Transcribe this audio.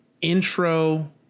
intro